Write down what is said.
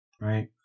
right